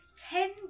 ten